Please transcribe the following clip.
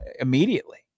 immediately